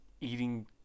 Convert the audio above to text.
eating